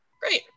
Great